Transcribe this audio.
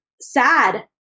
sad